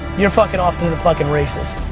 you're fucking off to the fucking races.